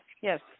Yes